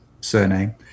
surname